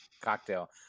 cocktail